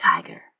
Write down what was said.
tiger